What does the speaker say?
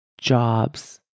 jobs